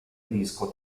disco